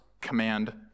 command